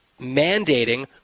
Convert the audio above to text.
mandating